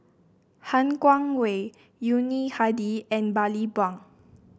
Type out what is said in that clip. Han Guangwei Yuni Hadi and Bani Buang